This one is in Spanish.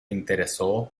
interesó